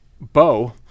Bo